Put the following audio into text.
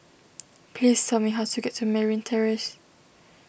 please tell me how to get to Merryn Terrace